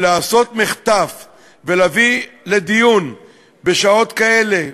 לעשות מחטף ולהביא לדיון בשעות כאלה,